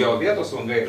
daugiau vietos langai